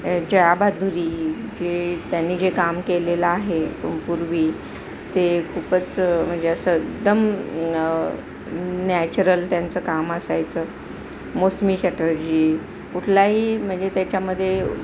जया भादुरी जे त्यांनी जे काम केलेलं आहे कं पूर्वी ते खूपच म्हणजे असं एकदम नॅचरल त्यांचं काम असायचं मौसमी चटर्जी कुठलाही म्हणजे त्याच्यामध्ये